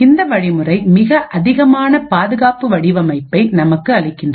இந்த வழிமுறை மிக அதிகமான பாதுகாப்பு வடிவமைப்பை நமக்கு அளிக்கின்றது